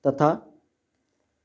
तथा